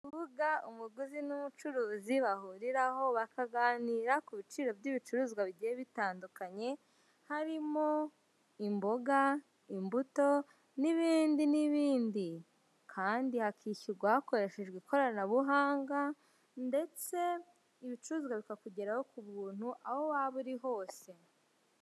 Urubuga umuguzi n'umucuruzi bahuriraho bakaganira ku biciro by'ibicuruzwa bigiye bitandukanye harimo imboga, imbuto n'ibindi n'ibindi. Kandi hakishyurwa hakoreshejwe ikoranabuhanga ndetse ibicuruzwa bikakugeraho ku buntu aho waba uri hose.